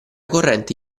corrente